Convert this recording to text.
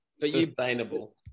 sustainable